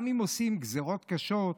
גם אם עושים גזרות קשות,